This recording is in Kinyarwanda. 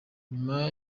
nyuma